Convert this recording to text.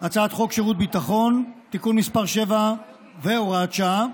הצעת חוק שירות ביטחון (תיקון מס' 7 והוראת שעה)